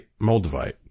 Moldavite